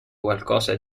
qualcosa